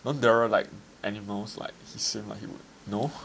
you know Daryl like animals like he seemed like he would no